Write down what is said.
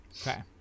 okay